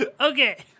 Okay